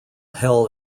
hell